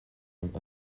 orm